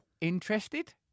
Interested